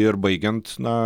ir baigiant na